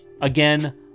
again